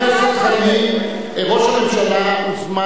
ראש הממשלה מוזמן,